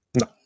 No